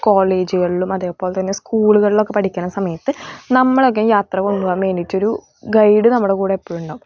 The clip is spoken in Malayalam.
കോളേജുകളിലും അതേപോലെ തന്നെ സ്കൂളുകളിലൊക്കെ പഠിക്കുന്ന സമയത്ത് നമ്മളൊക്കെ യാത്ര പോകുമ്പോഴാണ് മെയിനായിട്ട് ഒരു ഗൈഡ് നമ്മുടെ കൂടെ എപ്പോഴും ഉണ്ടാകും